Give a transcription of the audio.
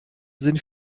sind